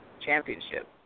championship